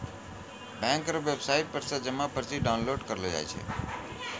bank रो website पर से जमा पर्ची डाउनलोड करेलो जाय छै